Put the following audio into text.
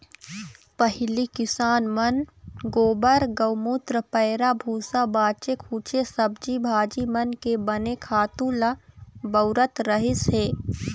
पहिली किसान मन गोबर, गउमूत्र, पैरा भूसा, बाचे खूचे सब्जी भाजी मन के बने खातू ल बउरत रहिस हे